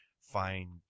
Find